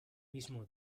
mismo